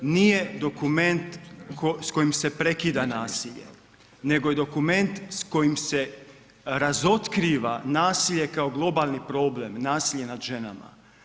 Nije dokument s kojim se prekida nasilje, nego je dokument s kojim se razotkriva nasilje kao globalni problem, nasilje nad ženama.